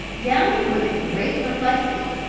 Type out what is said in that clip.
downing was in great perplexity.